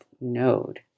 Node